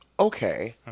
Okay